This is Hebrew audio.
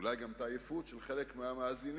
ואולי גם העייפות של חלק מן המאזינים,